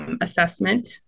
assessment